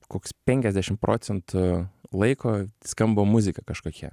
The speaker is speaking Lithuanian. koks penkiasdešim procentų laiko skamba muzika kažkokia